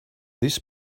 this